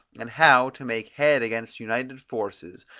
and how, to make head against united forces,